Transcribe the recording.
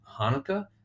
Hanukkah